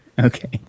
okay